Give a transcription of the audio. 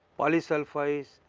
polysulphides,